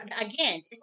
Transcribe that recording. again